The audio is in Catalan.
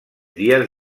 dies